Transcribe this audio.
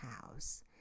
house